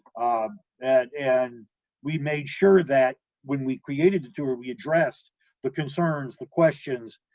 um, that and we made sure that when we created the tour, we addressed the concerns, the questions,